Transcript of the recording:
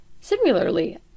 Similarly